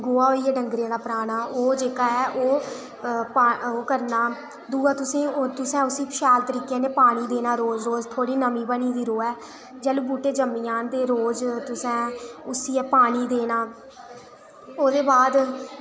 गोहा होइया ड़गरें दा पराना ओह् करना दूआ तुसें शैल तरीके ने पानी देना रोज रोज थोह्ड़ी नम्मी बनी दी र'वै जेल्लै बहूटे जम्मी जाह्न रोज तुसें उसी पानी देना